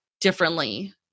differently